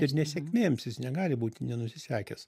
ir nesėkmėms jis negali būti nenusisekęs